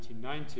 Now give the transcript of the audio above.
1990